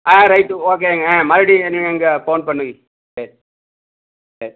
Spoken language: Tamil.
ஆ ரைட்டு ஓகேங்க மறுபுடியும் நீங்கள் ஃபோன் பண்ணுங்கள் சேர் சேர்